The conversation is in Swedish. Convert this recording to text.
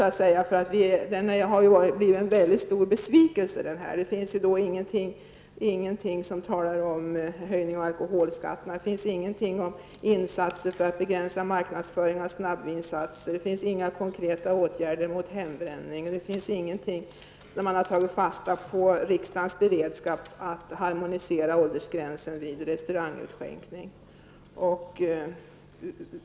Propositionen har blivit en mycket stor besvikelse. Det talas inte om höjning av alkoholskatten, där finns ingenting om insatser för att begränsa marknadsföring av snabbvinsatser, det finns inga konkreta åtgärder mot hembränning och det finns ingenting som säger att man har tagit fasta på riksdagens beredskap att harmonisera åldersgränsen vid restaurangutskänkning.